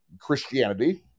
Christianity